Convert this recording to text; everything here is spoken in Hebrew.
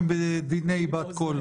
בדיוק.